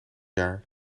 jaar